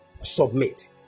Submit